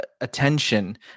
attention